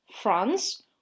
France